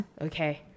Okay